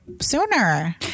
Sooner